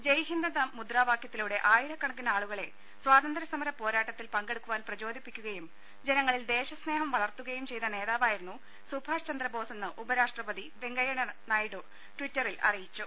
ജയ്ഹിന്ദ് എന്ന മുദ്രാവാക്യത്തിലൂടെ ആയിരക്കണക്കിന് ആളുകളെ സ്വാതന്ത്ര്യസമര പോരാട്ടത്തിൽ പങ്കെടുക്കുവാൻ പ്രചോദിപ്പിക്കുകയും ജനങ്ങളിൽ ദേശസ്നേഹം വളർത്തുകയും ചെയ്ത നേതാവായിരുന്നു സുഭാഷ് ചന്ദ്രബോസെന്ന് ഉപരാഷ്ട്രപതി വെങ്കയ്യ നായിഡു ട്വിറ്ററിൽ അറിയിച്ചു